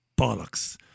bollocks